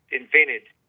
invented